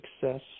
success